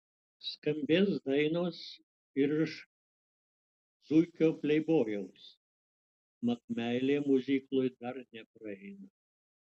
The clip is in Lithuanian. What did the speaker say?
skambės dainos ir iš zuikio pleibojaus mat meilė miuziklui dar nepraeina